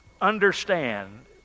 understand